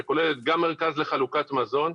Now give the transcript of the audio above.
שכוללת גם מרכז לחלוקת מזון,